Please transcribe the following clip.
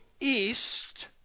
east